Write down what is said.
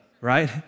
right